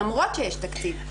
למרות שיש תקציב.